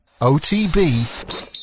OTB